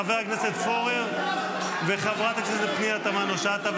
חבר הכנסת פורר וחברת הכנסת פנינה תמנו שטה.